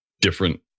different